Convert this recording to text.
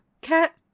cat